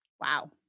Wow